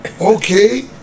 Okay